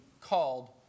called